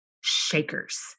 Shakers